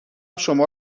شما